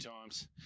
times